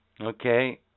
Okay